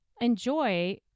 enjoy